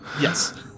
Yes